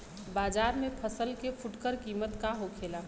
बाजार में फसल के फुटकर कीमत का होखेला?